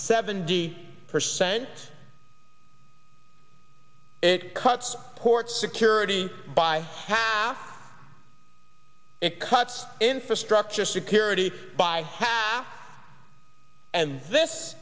seventy percent it cuts port security by half it cuts infrastructure security by half and this